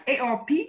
ARP